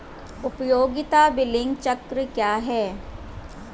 उपयोगिता बिलिंग चक्र क्या है?